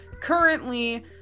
Currently